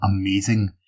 amazing